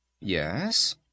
Yes